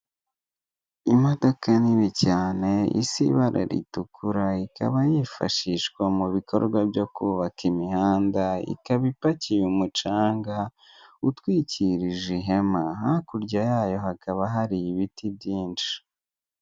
Uyu ni umuhanda wa kaburimboko urimo moto ziri kugenda n'imodoka, hirya y'umuhanda basizeho akayira k'abagenzi hepfo hari icyapa cyanditseho pi n'ibiti n'indabo.